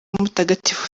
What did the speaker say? mutagatifu